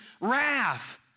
wrath